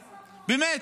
באמת.